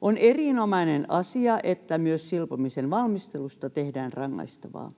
On erinomainen asia, että myös silpomisen valmistelusta tehdään rangaistavaa.